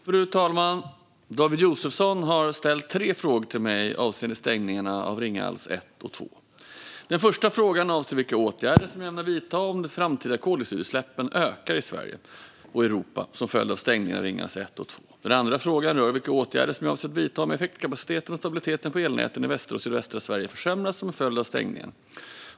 Fru talman! har ställt tre frågor till mig avseende stängningarna av Ringhals 1 och 2. Den första frågan avser vilka åtgärder som jag ämnar vidta om de framtida koldioxidutsläppen ökar i Sverige och Europa som en följd av stängningen av Ringhals 1 och 2. Den andra frågan rör vilka åtgärder som jag avser att vidta om effektkapaciteten och stabiliteten på elnäten i västra och sydvästra Sverige försämras som en följd av stängningen.